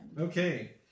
Okay